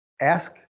ask